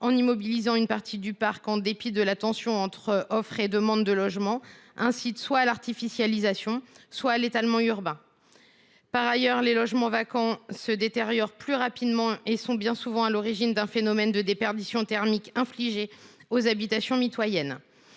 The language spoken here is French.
en immobilisant une partie du parc en dépit de la tension entre offre et demande de logements, incitent soit à l’artificialisation, soit à l’étalement urbain. Par ailleurs, les logements vacants se détériorent plus rapidement et sont bien souvent à l’origine d’un phénomène de déperdition thermique infligé aux habitations mitoyennes.